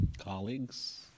Colleagues